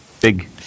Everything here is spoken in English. Big